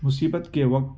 مصیبت کے وقت